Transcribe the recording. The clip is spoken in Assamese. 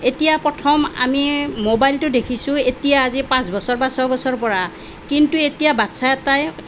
এতিয়া প্ৰথম আমি ম'বাইলটো দেখিছোঁ এতিয়া আজি পাঁচ বছৰ বা ছয় বছৰৰ পৰা কিন্তু এতিয়া বাচ্চা এটাই